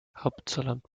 hauptzollamt